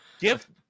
Give